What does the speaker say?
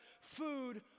food